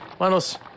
Manos